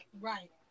Right